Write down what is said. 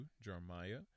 Jeremiah